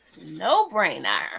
No-brainer